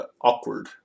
awkward